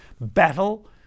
battle